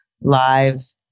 live